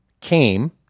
came